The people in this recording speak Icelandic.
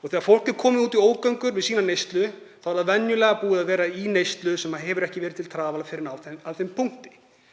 Og þegar fólk er komið út í ógöngur með neyslu er það venjulega búið að vera í neyslu sem hefur ekki verið til trafala fyrr en á þeim punkti.